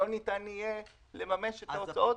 לא ניתן יהיה לממש את ההוצאות